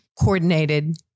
coordinated